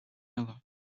miller